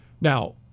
Now